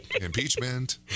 Impeachment